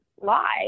lie